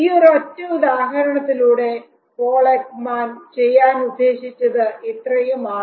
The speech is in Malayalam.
ഈ ഒരൊറ്റ ഉദാഹരണത്തിലൂടെ പോൾ എക്മാൻ ചെയ്യാൻ ഉദ്ദേശിച്ചത് ഇത്രയുമാണ്